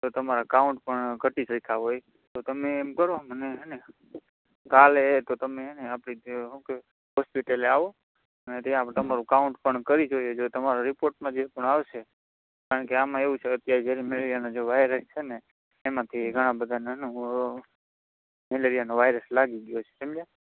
તો તમારા કાઉન્ટ પણ ઘટી શક્યા હોય તો તમે એમ કરો મને છે ને કાલે તો તમે છે ને આપણી જે શું કહેવાય હૉસ્પિટલે આવો અને ત્યાં આપણે તમારું કાઉન્ટ પણ કરી જોઇએ જો તમારા રિપોર્ટમાં જે પણ આવશે કારણ કે આમાં એવું છે અત્યારે ઝેરી મૅલેરિયાનો જે વાઇરસ છે ને એમાંથી ઘણા બધાને મૅલેરિયાનો વાયરસ લાગી ગયો છે સમજ્યા